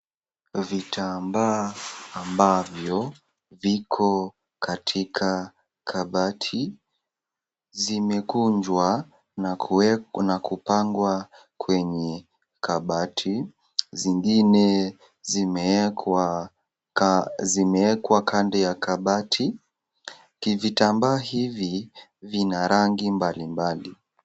Vitambaa ambavyo viko katika kabati, zimekunjwa na kuwekwa na kupangwa kwenye kabati zingine zimewekwa kando ya kabati. kivitambaa hivi vina rangi mbali mbali.